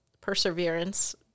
perseverance